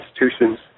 institutions